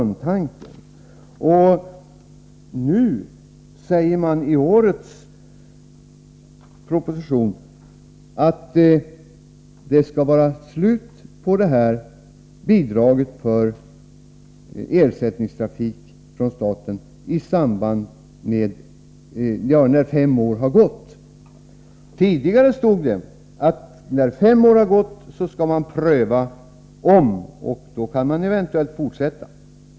Nu säger man i årets proposition att det skall vara slut med det statliga bidraget för ersättningstrafik när fem år har gått. Tidigare stod det att när fem år har gått skall man göra en omprövning, och då kan man eventuellt fortsätta.